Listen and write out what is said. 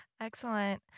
excellent